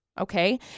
okay